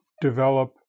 develop